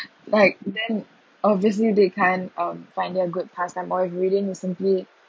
like then obviously they can't um find a good pastime or reading is simply